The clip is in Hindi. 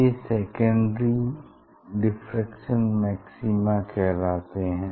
ये सेकेंडरी डिफ्रैक्शन मक्सिमा कहलाते हैं